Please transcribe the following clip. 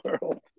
world